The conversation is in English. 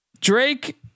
Drake